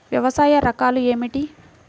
వ్యవసాయ రకాలు ఏమిటి?